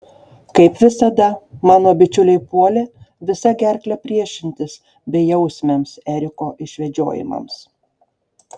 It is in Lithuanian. kaip visada mano bičiuliai puolė visa gerkle priešintis bejausmiams eriko išvedžiojimams